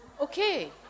Okay